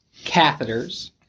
catheters